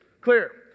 Clear